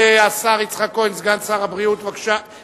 שתמיד מסייעת בידי ואני תמיד אומר שכיף לי להסתובב אתה,